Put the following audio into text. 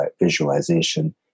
visualization